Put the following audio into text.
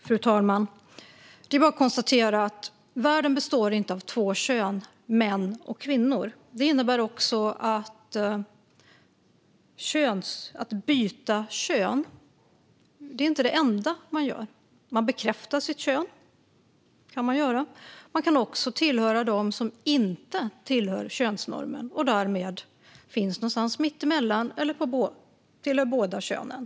Fru talman! Det är bara att konstatera att världen inte består av två kön: män och kvinnor. Det innebär också att byta kön inte är det enda man gör. Man bekräftar sitt kön - det kan man göra. Man kan också tillhöra dem som inte tillhör könsnormen och därmed finns någonstans mitt emellan eller tillhör båda könen.